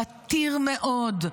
פתיר מאוד.